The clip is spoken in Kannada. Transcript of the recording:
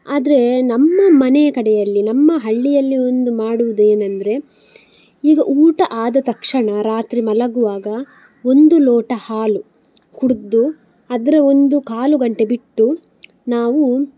ಆದರೆ ನಮ್ಮ ಮನೆಯ ಕಡೆಯಲ್ಲಿ ನಮ್ಮ ಹಳ್ಳಿಯಲ್ಲಿ ಒಂದು ಮಾಡುವುದು ಏನಂದರೆ ಈಗ ಊಟ ಆದ ತಕ್ಷಣ ರಾತ್ರಿ ಮಲಗುವಾಗ ಒಂದು ಲೋಟ ಹಾಲು ಕುಡಿದು ಅದರ ಒಂದು ಕಾಲು ಗಂಟೆ ಬಿಟ್ಟು ನಾವು